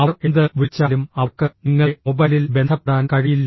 അവർ എന്ത് വിളിച്ചാലും അവർക്ക് നിങ്ങളെ മൊബൈലിൽ ബന്ധപ്പെടാൻ കഴിയില്ല